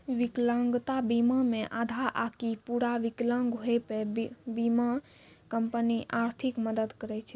विकलांगता बीमा मे आधा आकि पूरा विकलांग होय पे बीमा कंपनी आर्थिक मदद करै छै